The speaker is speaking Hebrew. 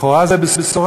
לכאורה זו בשורה,